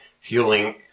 fueling